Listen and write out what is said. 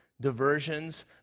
diversions